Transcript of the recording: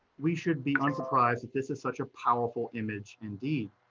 we should be unsurprised if this is such a powerful image, indeed.